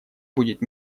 будет